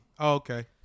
okay